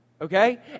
Okay